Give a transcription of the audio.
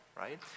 right